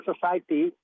society